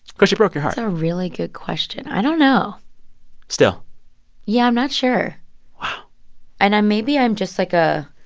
because she broke your heart that's a really good question. i don't know still yeah, i'm not sure wow and i'm maybe i'm just like a